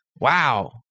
Wow